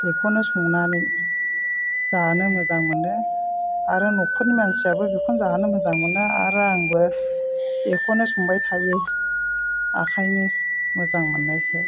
बेखौनो संनानै जानो मोजां मोनो आरो नखरनि मानसियाबो बेखौनो जानो मोजां मोनो आरो आंबो बेखौनो संबाय थायो ओंखायनो मोजां मोन्नायखाय